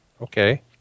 Okay